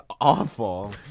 awful